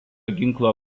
ginklo